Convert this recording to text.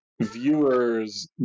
viewers